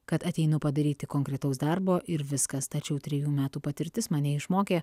kad ateinu padaryti konkretaus darbo ir viskas tačiau trejų metų patirtis mane išmokė